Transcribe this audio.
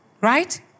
Right